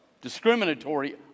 discriminatory